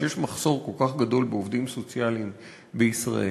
כשיש מחסור כל כך גדול בעובדים סוציאליים בישראל,